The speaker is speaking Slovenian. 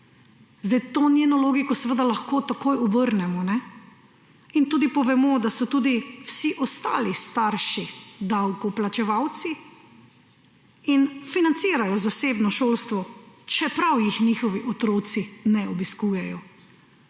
Zdaj, to njeno logiko seveda lahko takoj obrnemo in tudi povemo, da so tudi vsi ostali starši davkoplačevalci in financirajo zasebno šolstvo, čeprav ga njihovi otroci ne obiskujejo.